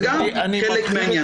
זה גם חלק מהעניין.